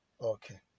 okay